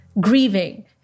grieving